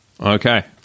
Okay